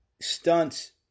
stunts